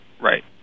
Right